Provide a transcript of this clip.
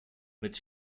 mit